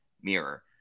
mirror